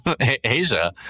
Asia